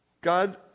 God